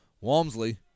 Walmsley